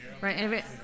right